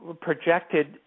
Projected